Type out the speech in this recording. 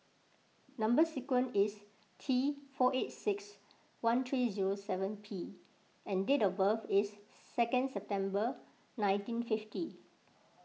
Number Sequence is T four eight six one three zero seven P and date of birth is second September nineteen fifty